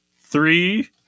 three